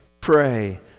pray